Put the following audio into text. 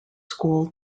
school